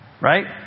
Right